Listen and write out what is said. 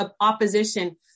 opposition